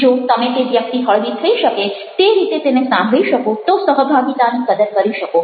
જો તમે તે વ્યક્તિ હળવી થઈ શકે તે રીતે તેને સાંભળી શકો તો સહભાગિતાની કદર કરી શકો